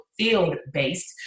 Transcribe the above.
field-based